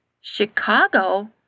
Chicago